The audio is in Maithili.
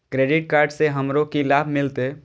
क्रेडिट कार्ड से हमरो की लाभ मिलते?